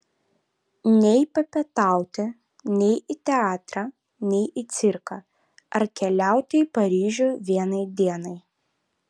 nei papietauti nei į teatrą nei į cirką ar keliauti į paryžių vienai dienai